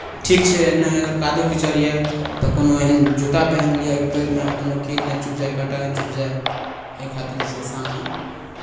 ठीक छै नहि अगर कादो कीचड़ यए तऽ कोनो एहन जूता पेहेन लिअ की पएरमे कोनो कील नहि चुभि जाए काँटा नहि चुभि जाय एहि खातिर जे छै शाममे